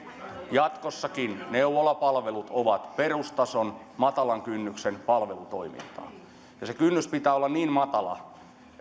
jatkossakin neuvolapalvelut ovat perustason matalan kynnyksen palvelutoimintaa ja sen kynnyksen pitää olla niin matala